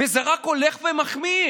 וזה רק הולך ומחמיר.